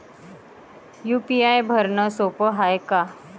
UPI भरनं सोप हाय का?